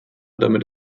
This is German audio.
damit